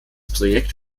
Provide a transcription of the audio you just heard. projekt